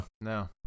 No